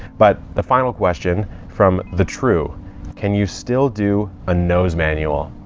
but the final question from the true can you still do a nose manual?